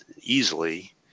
easily